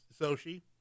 Sochi